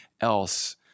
else